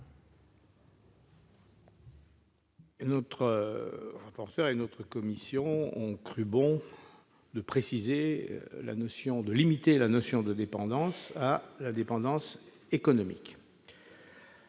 notre reporter et une notre commission ont cru bon de préciser la notion de limiter la notion de dépendance à la dépendance économique.